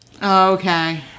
Okay